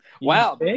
Wow